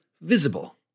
visible